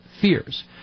fears